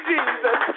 Jesus